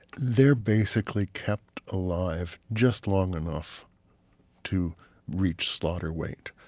they're basically kept alive just long enough to reach slaughter weight.